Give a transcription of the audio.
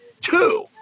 two